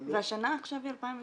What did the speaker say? והשנה היא 2018,